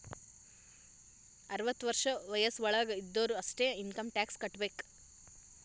ಅರ್ವತ ವರ್ಷ ವಯಸ್ಸ್ ವಳಾಗ್ ಇದ್ದೊರು ಅಷ್ಟೇ ಇನ್ಕಮ್ ಟ್ಯಾಕ್ಸ್ ಕಟ್ಟಬೇಕ್